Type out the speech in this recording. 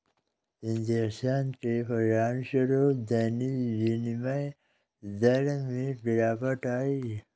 injection के परिणामस्वरूप दैनिक विनिमय दर में गिरावट आई